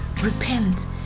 Repent